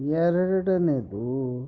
ಎರಡನೇದು